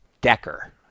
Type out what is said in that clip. Decker